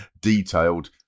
detailed